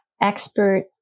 expert